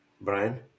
Brian